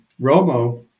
Romo